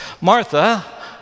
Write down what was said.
Martha